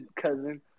cousin